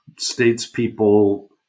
statespeople